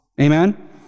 amen